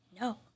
No